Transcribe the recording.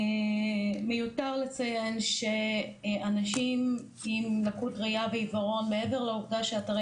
מיותר לציין שאנשים עם לקות ראייה ועיוורון מעבר לעובדה שאתרי